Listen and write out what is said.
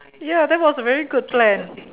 ya that was a very good plan